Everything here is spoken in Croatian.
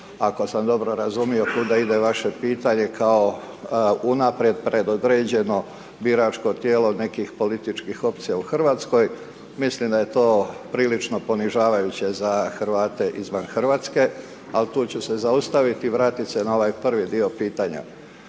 ako sam dobro razumio kuda ide vaše pitanje, kao unaprijed predodređeno biračko tijelo nekih političkih opcija u Hrvatskoj. Mislim da je to prilično ponižavajuće za Hrvate izvan Hrvatske ali tu ću se zaustaviti i vratiti se na ovaj prvi dio pitanja.